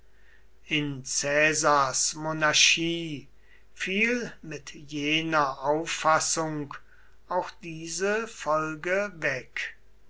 in caesars monarchie fiel mit jener auffassung auch diese folge weg